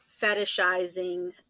fetishizing